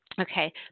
Okay